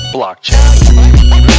Blockchain